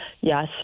yes